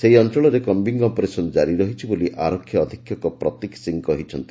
ସେହି ଅଞ୍ଞଳରେ କ୍ୟିଂ ଅପରେସନ୍ କାରି ରହିଛି ବୋଲି ଆରକ୍ଷୀ ଅଧୀକ୍ଷକ ପ୍ରତୀକ୍ ସିଂ କହିଛନ୍ତି